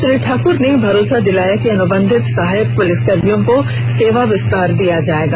श्री ठाकुर ने भरोसा दिलाया कि अनुबंधित सहायक पुलिसकर्मियों को सेवा विस्तार दिया जाएगा